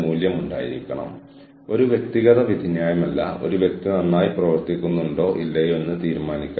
കൂടാതെ അവർ കൈകാര്യം ചെയ്ത പ്രശ്നം ഇതാണ് അതിനാൽ ആ കേസ് സ്റ്റഡിയിൽ നിങ്ങൾക്ക് കൈ വയ്ക്കാൻ കഴിയുമെങ്കിൽ അത് നിങ്ങൾക്ക് സഹായകമായേക്കാം